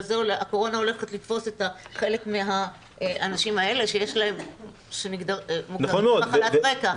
אבל הקורונה הולכת לתפוס חלק מהאנשים האלה שמוגדרים עם מחלת רקע,